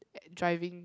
driving